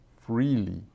freely